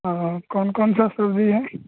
हाँ कौन कौन सी सब्ज़ी है